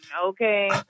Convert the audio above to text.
Okay